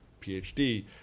PhD